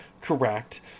correct